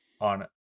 on